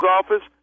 office